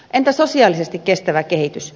entä sosiaalisesti kestävä kehitys